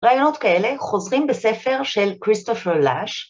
‫רעיונות כאלה חוזרים בספר ‫של כריסטופר לאש.